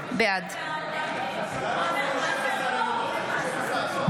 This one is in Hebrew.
בעד למה אמרו שמשה פסל אינו נוכח?